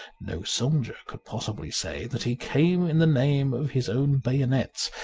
no soldier could possibly say that he came in the name of his own bayonets.